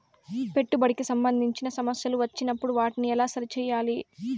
పెట్టుబడికి సంబంధించిన సమస్యలు వచ్చినప్పుడు వాటిని ఎలా సరి చేయాలి?